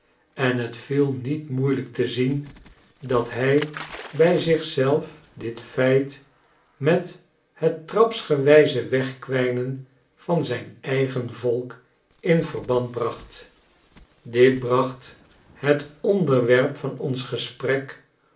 en het viel niet moeielijk te zien dat hij bij zich zelf dit feit met het trapsgewijze wegkwijnen van zijn eigen volk in verband bracht dit bracht het onderwerp van ons gesprek